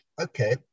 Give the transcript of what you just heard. okay